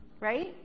right